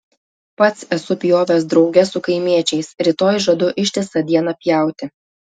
pats esu pjovęs drauge su kaimiečiais rytoj žadu ištisą dieną pjauti